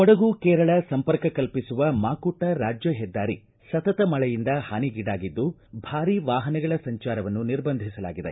ಕೊಡಗು ಕೇರಳ ಸಂಪರ್ಕ ಕಲ್ಪಿಸುವ ಮಾಕುಟ್ಟ ರಾಜ್ಯ ಹೆದ್ದಾರಿ ಸತತ ಮಳೆಯಿಂದ ಹಾನಿಗೀಡಾಗಿದ್ದು ಭಾರೀ ವಾಹನಗಳ ಸಂಚಾರವನ್ನು ನಿರ್ಬಂಧಿಸಲಾಗಿದೆ